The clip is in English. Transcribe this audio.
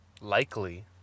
likely